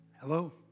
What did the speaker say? Hello